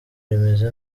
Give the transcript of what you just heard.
rimeze